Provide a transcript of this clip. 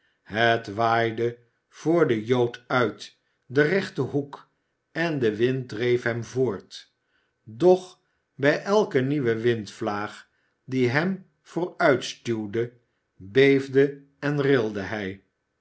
het waaide voor den jood uit den rechten hoek en de wind dreef hem voort doch bij elke nieuwe windvlaag die hem vooruitstuwde beefde en rilde hij